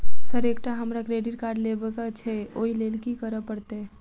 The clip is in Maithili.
सर एकटा हमरा क्रेडिट कार्ड लेबकै छैय ओई लैल की करऽ परतै?